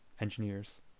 engineers